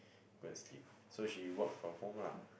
go and sleep so she work from home lah